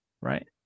Right